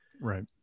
Right